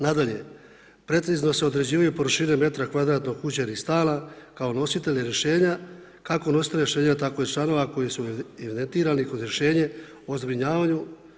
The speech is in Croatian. Nadalje, precizno se određivaju površine m2 kuće ili stana kao nositelji rješenja, kako nositelja rješenja tako i članova koji su evidentirani kroz rješenje o zbrinjavanju.